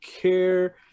care